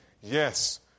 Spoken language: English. Yes